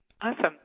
Awesome